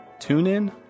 TuneIn